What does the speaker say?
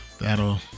that'll